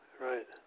Right